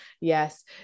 yes